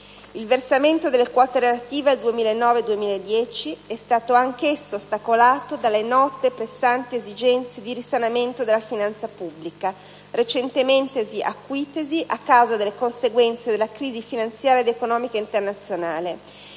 Il versamento delle quote relative al 2009 e al 2010 è stato anch'esso ostacolato dalle note, pressanti esigenze di risanamento della finanza pubblica, recentemente acuitesi a causa delle conseguenze della crisi finanziaria ed economica internazionale